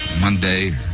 Monday